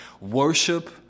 worship